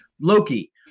Loki